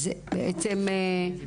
נכון.